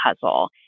puzzle